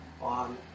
on